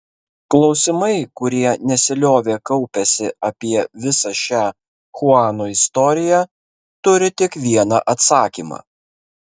klausimai kurie nesiliovė kaupęsi apie visą šią chuano istoriją turi tik vieną atsakymą